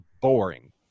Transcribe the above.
boring